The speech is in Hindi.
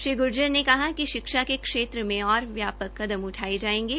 श्री गुर्जर ने कहा कि शिक्षा के क्षेत्र में और व्यापक कदम उठाए जाएंगे